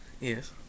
Yes